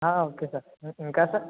ఆ okay sir ఇంకా sir